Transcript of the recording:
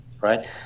right